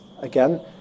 again